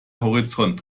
horizont